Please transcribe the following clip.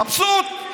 מבסוט.